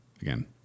again